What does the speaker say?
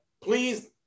please